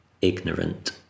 ignorant